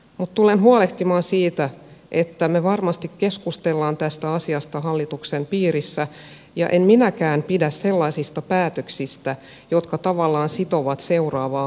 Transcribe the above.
mutta tulen huolehtimaan siitä että me varmasti keskustelemme tästä asiasta hallituksen piirissä ja en minäkään pidä sellaisista päätöksistä jotka tavallaan sitovat seuraavaa hallitusta